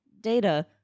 data